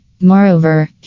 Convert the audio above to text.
Moreover